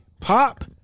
pop